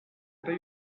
pas